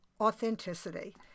authenticity